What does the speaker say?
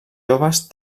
joves